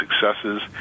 successes